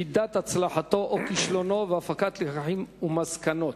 מידת הצלחתו או כישלונו והפקת לקחים ומסקנות.